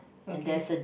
okay